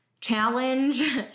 challenge